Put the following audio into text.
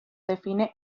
define